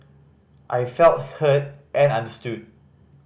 I felt heard and understood